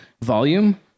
Volume